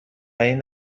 این